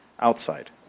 outside